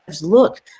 look